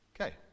Okay